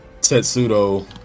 Tetsudo